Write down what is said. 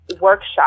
workshop